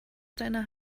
deiner